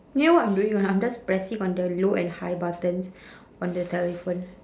you know what I'm doing or not I'm just pressing on the low and high buttons on the telephone